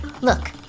Look